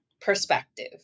perspective